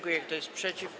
Kto jest przeciw?